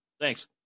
Thanks